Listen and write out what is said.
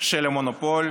של המונופול,